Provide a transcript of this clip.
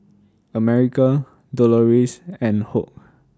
America Doloris and Hoke